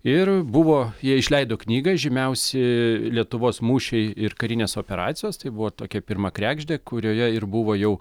ir buvo jie išleido knygą žymiausi lietuvos mūšiai ir karinės operacijos tai buvo tokia pirma kregždė kurioje ir buvo jau